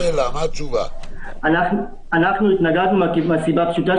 אנחנו התנגדנו מהסיבה הפשוטה,